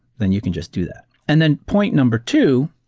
then you can just do that. and then point number two